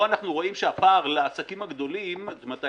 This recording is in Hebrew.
פה אנחנו רואים שהפער לעסקים הגדולים זאת אומרת,